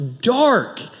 dark